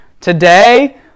Today